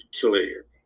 clear